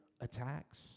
attacks